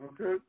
Okay